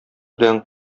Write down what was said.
белән